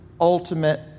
ultimate